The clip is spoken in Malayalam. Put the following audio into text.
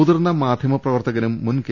മുതിർന്ന മാധ്യമപ്രവർത്തകനും മുൻ കെ